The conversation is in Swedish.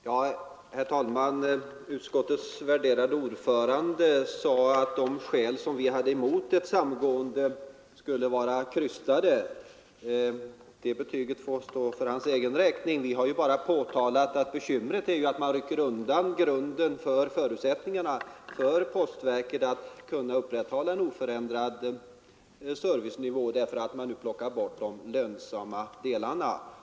Herr talman! Utskottets ordförande sade att de skäl som vi anfört mot ett samgående skulle vara krystade. Det betyget får stå för hans egen räkning. Vi har bara påpekat att bekymret är att man rycker undan grunden för postverket när det gäller att kunna upprätthålla en oförändrad servicenivå, därför att man nu plockar bort de lönsamma delarna.